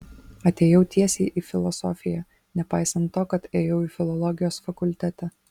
atėjau tiesiai į filosofiją nepaisant to kad ėjau į filologijos fakultetą